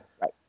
right